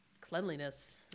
cleanliness